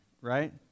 right